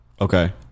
Okay